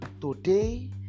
today